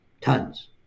tons